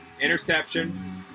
Interception